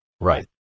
Right